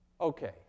Okay